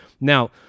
Now